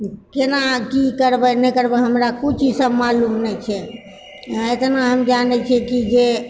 केना कि करबै नहि करबै हमरा किछु ई सभ मालुम नहि छै इतना हम जानै छिऐ कि जे